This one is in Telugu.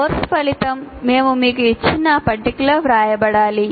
కోర్సు ఫలితం మేము మీకు ఇచ్చిన పట్టికలో వ్రాయబడాలి